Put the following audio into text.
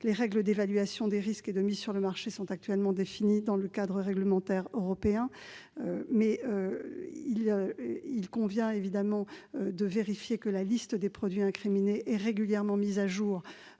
les règles d'évaluation des risques et de mise sur le marché sont définies dans un cadre réglementaire européen. Il convient de vérifier que la liste des produits à risque est régulièrement mise à jour